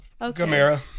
Gamera